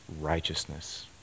righteousness